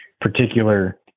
particular